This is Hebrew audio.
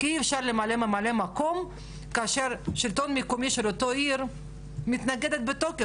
אי אפשר למנות ממלא מקום כאשר השלטון המקומי של אותה עיר מתנגד בתוקף,